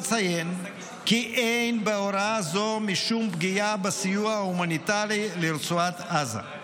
אציין כי אין בהוראה זו משום פגיעה בסיוע ההומניטרי לרצועת עזה.